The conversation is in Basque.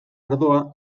ardoa